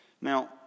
Now